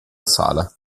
sala